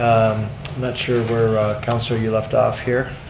not sure where councilor you left off here.